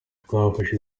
twafashe